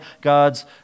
God's